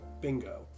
bingo